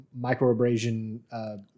microabrasion